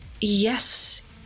Yes